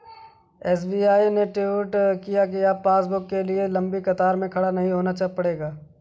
SBI ने tweet किया कि अब पासबुक के लिए लंबी कतार में खड़ा नहीं होना पड़ेगा